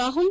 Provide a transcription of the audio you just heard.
Rahul